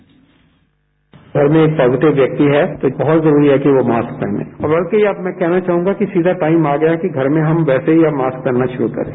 bite घर में एक पॉजिटिव व्यक्ति है तो बहुत जरूरी है कि वो मास्क पहनें और बल्कि अब मैं यह कहना चाहूंगा कि सीधा टाइम आ गया है कि घर हम वैसे ही हम मास्क पहनना शुरू करें